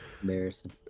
Embarrassing